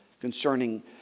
concerning